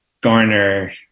Garner